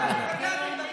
בסדר.